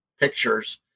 pictures